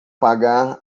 pagar